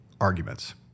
arguments